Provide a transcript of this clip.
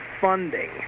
funding